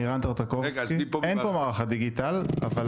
אין כאן מישהו ממערך הדיגיטל .